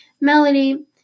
Melody